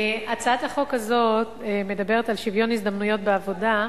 הצעת החוק הזאת מדברת על שוויון הזדמנויות בעבודה.